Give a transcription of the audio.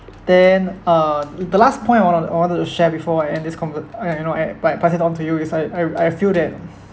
then uh the last point I wanted I wanted to share before I end this convert I uh you know at I pass it on to you is I I feel that